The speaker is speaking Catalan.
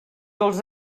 els